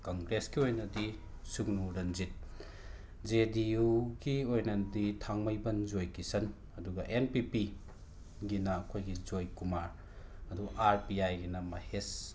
ꯀꯪꯒ꯭ꯔꯦꯁꯀꯤ ꯑꯣꯏꯅꯗꯤ ꯁꯨꯒ꯭ꯅꯨ Ranjit J D ꯌꯨꯒꯤ ꯑꯣꯏꯅꯗꯤ ꯊꯥꯡꯃꯩꯕꯟ ꯖꯣꯏꯀꯤꯁꯟ ꯑꯗꯨꯒ ꯑꯦꯟ ꯄꯤ ꯄꯤꯒꯤꯅ ꯑꯩꯈꯣꯏꯒꯤ ꯖꯣꯏꯀꯨꯃꯥꯔ ꯑꯗꯣ ꯑꯥꯔ ꯄꯤ ꯑꯥꯏꯒꯤꯅ ꯃꯍꯦꯁ